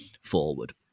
forward